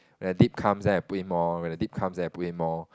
when the dip comes then I put in more when the dip comes then I put in more